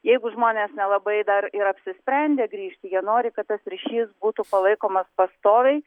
jeigu žmonės nelabai dar ir apsisprendė grįžt jie nori kad tas ryšys būtų palaikomas pastoviai